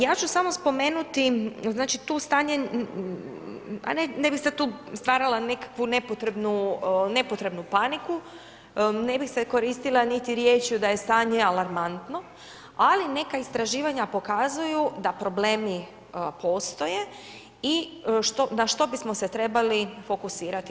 Ja ću samo spomenuti, znači tu stanje, ne bih sad tu stvarala nekakvu nepotrebnu paniku, ne bih se koristila niti riječju da je stanje alarmantno, ali neka istraživanja pokazuju da problemi postoje i na što bismo se trebali fokusirati.